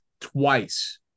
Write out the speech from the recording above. Twice